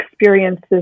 experiences